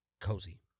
cozy